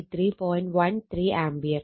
13 ampere